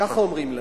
ככה אומרים להם.